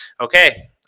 okay